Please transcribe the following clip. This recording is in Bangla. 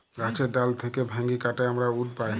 গাহাচের ডাল থ্যাইকে ভাইঙে কাটে আমরা উড পায়